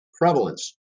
prevalence